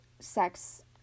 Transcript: sex